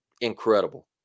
incredible